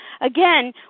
Again